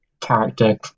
character